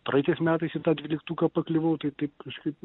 praeitais metais dvyliktuką pakliuvau tai taip kažkaip